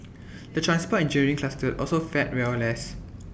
the transport engineering cluster also fared well less